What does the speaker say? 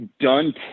done